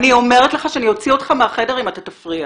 אני אומרת לך שאני אוציא אותך מהחדר אם אתה תפריע,